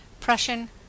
prussian